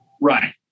right